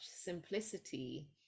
simplicity